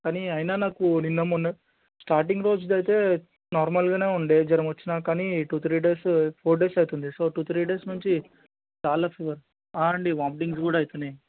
కానీ అయిన నాకు నిన్న మొన్న స్టార్టింగ్ రోజు అయితే నార్మల్గా ఉండే జ్వరం వచ్చిన కానీ two three days four days అయితుంది సో టూ త్రీ డేస్ నుంచి చాలా ఫీవర్ అండి వామిటింగ్స్ కూడా అయితున్నాయి